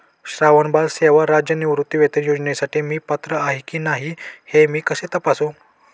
श्रावणबाळ सेवा राज्य निवृत्तीवेतन योजनेसाठी मी पात्र आहे की नाही हे मी कसे तपासू?